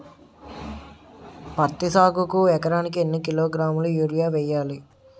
పత్తి సాగుకు ఎకరానికి ఎన్నికిలోగ్రాములా యూరియా వెయ్యాలి?